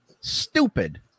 Stupid